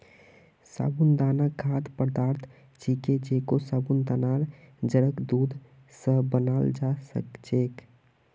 साबूदाना खाद्य पदार्थ छिके जेको साबूदानार जड़क दूध स बनाल जा छेक